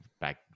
Back